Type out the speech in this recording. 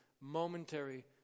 momentary